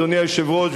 אדוני היושב-ראש,